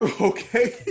Okay